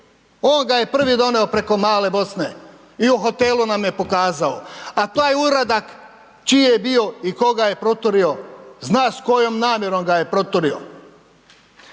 on ga je prvi doneo preko Male Bosne i u hotelu nam je pokazao, a taj uradak čiji je bio i ko ga je proturio, zna s kojom namjerom ga je proturio.